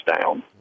down